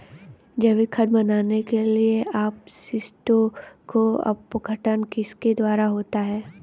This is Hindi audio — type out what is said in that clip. जैविक खाद बनाने के लिए अपशिष्टों का अपघटन किसके द्वारा होता है?